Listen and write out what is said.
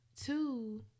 Two